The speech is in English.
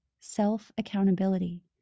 self-accountability